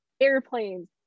airplanes